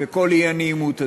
וכל האי-נעימות הזאת.